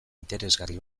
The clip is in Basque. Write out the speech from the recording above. interesgarri